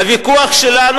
הוויכוח שלנו,